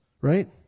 right